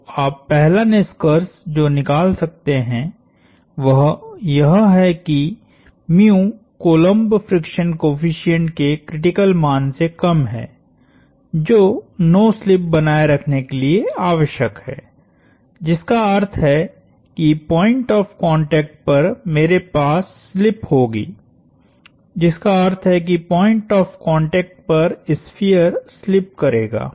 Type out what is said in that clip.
तो आप पहला निष्कर्ष जो निकाल सकते हैं वह यह है कि कोलोम्ब फ्रिक्शन कोएफ़िशिएंट के क्रिटिकल मान से कम है जो नो स्लिप बनाए रखने के लिए आवश्यक है जिसका अर्थ है कि पॉइंट ऑफ़ कांटेक्ट पर मेरे पास स्लिप होगी जिसका अर्थ है कि पॉइंट ऑफ़ कांटेक्ट पर स्फीयर स्लिप करेगा